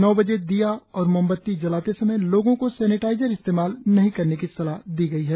नौ बजे दीया और मोमबत्ती जलाते समय लोगों को सैनीटाइजर इस्तेमाल नहीं करने की सलाह दी गई है